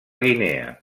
guinea